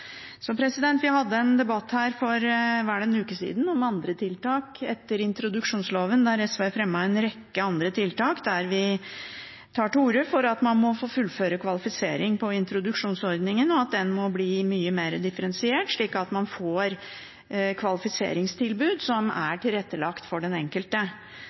en uke siden hadde vi en debatt om andre tiltak etter introduksjonsloven. SV fremmet en rekke tiltak og tok til orde for at man må få fullføre kvalifisering på introduksjonsordningen, og at den må bli mye mer differensiert, slik at man får kvalifiseringstilbud som er tilrettelagt for den enkelte.